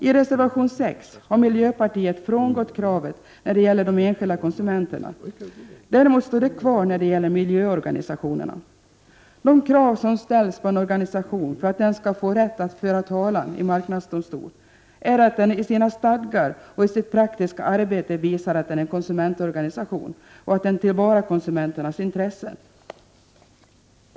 I reservation 6 har miljöpartiet frångått kravet när det gäller de enskilda konsumenterna. Däremot står det kvar när det gäller miljöorganisationerna. De krav som ställs på en organisation för att den skall få rätt att föra talan i marknadsdomstol är att den i sina stadgar och i sitt praktiska arbete visar att den är en konsumentorganisation och att den tillvaratar konsumenternas intressen.